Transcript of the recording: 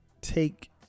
take